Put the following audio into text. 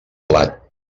blat